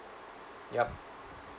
yup